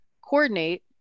Coordinate